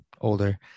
older